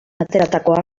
ateratakoa